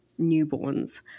newborns